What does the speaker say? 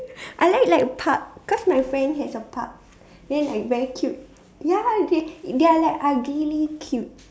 I like like pug cause my friend has a pug then like very cute ya they they are like ugly cute